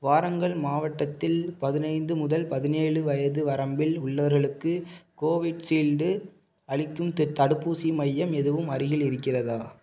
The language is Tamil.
வாரங்கல் மாவட்டத்தில் பதினைந்து முதல் பதினேழு வயது வரம்பில் உள்ளவர்களுக்கு கோவிஷீல்டு அளிக்கும் திட் தடுப்பூசி மையம் எதுவும் அருகில் இருக்கிறதா